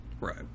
right